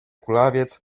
kulawiec